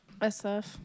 SF